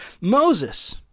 Moses